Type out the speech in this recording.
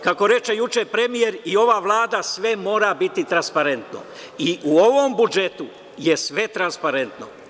Kako reče juče premijer i ova Vlada, sve mora biti transparentno i u ovom budžetu je sve transparentno.